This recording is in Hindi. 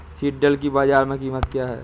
सिल्ड्राल की बाजार में कीमत क्या है?